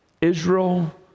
Israel